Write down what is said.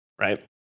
right